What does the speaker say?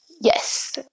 Yes